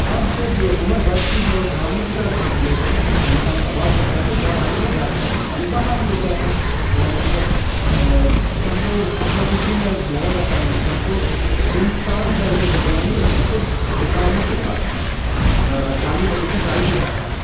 اب جب عمر بڑھتی ہے اور جوانی کی طرف انسان پرواز کرتا ہے تو جوانی میں زیادہ تر انسان باہر ہی ہوتا ہے اور بہت سفر و سفر و تفریح میں لگا رہتا ہے انسان تو انسان زیادہ تر جب جوانی میں ہوتا ہے تو دوکانوں سے کھاتا ہے چائے کی ٹپری سے چائے پیتا ہے